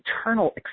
eternal